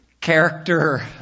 character